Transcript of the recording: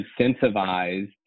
incentivized